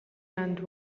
and